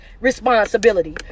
responsibility